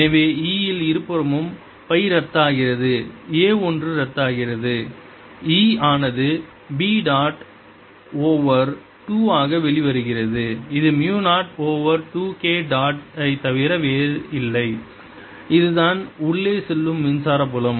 எனவே E இல் இருபுறமும் பை ரத்தாகிறது a ஒன்று ரத்தாகிறது E ஆனது a B டாட் ஓவர் 2 ஆக வெளிவருகிறது இது மு 0 ஓவர் 2 K டாட் ஐத் தவிர வேறில்லை அதுதான் உள்ளே செல்லும் மின்சார புலம்